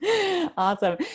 Awesome